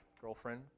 girlfriend